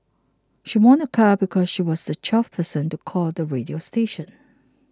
she won a car because she was the twelfth person to call the radio station